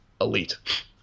elite